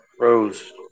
Rose